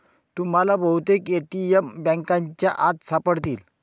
तुम्हाला बहुतेक ए.टी.एम बँकांच्या आत सापडतील